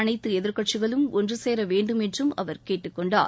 அனைத்து எதிர்கட்சிகளும் ஒன்றுசேர வேண்டும் என்றும் அவர் கேட்டுக் கொண்டார்